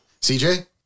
CJ